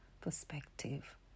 perspective